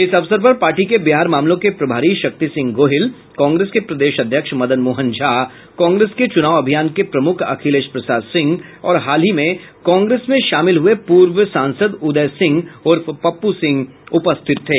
इस अवसर पर पार्टी के बिहार मामलों के प्रभारी शक्ति सिंह गोहिल कांग्रेस के प्रदेश अध्यक्ष मदन मोहन झा कांग्रेस के चूनाव अभियान के प्रमुख अखिलेश प्रसाद सिंह और हाल ही में कांग्रेस में शामिल पूर्व सांसद उदय सिंह उर्फ पप्पू सिंह उपस्थित थे